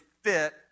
fit